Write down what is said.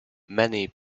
many